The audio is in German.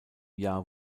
jahr